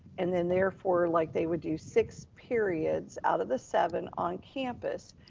and then therefore, like they would do six periods out of the seven on campus,